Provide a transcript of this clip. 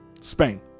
Spain